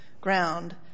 ground –